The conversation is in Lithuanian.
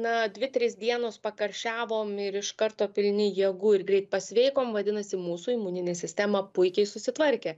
na dvi trys dienos pakarščiavom ir iš karto pilni jėgų ir greit pasveikom vadinasi mūsų imuninė sistema puikiai susitvarkė